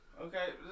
Okay